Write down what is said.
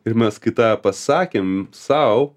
ir mes kai tą pasakėm sau